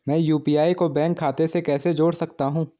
मैं यू.पी.आई को बैंक खाते से कैसे जोड़ सकता हूँ?